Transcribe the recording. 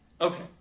Okay